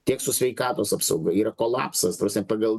tiek su sveikatos apsauga yra kolapsas ta prasme pagal